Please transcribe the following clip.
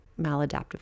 maladaptive